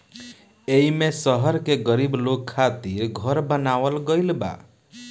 एईमे शहर के गरीब लोग खातिर घर बनावल गइल बा